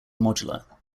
modular